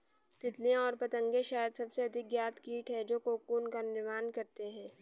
तितलियाँ और पतंगे शायद सबसे अधिक ज्ञात कीट हैं जो कोकून का निर्माण करते हैं